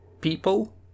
people